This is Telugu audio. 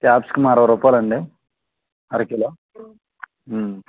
క్యాప్సికమ్ అరవై రూపాయలు అండి అరకిలో